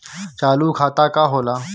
चालू खाता का होला?